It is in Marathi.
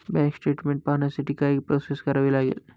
बँक स्टेटमेन्ट पाहण्यासाठी काय प्रोसेस करावी लागेल?